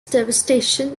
devastation